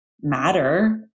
matter